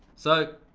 so.